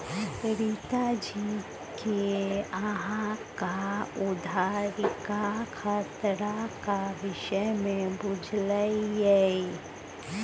रीता जी कि अहाँक उधारीक खतराक विषयमे बुझल यै?